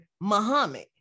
Muhammad